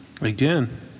Again